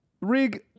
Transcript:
Rig